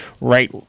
Right